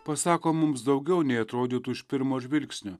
pasako mums daugiau nei atrodytų iš pirmo žvilgsnio